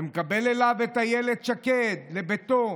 ומקבל אליו את אילת שקד לביתו,